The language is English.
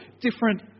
different